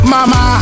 Mama